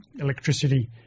electricity